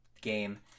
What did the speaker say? game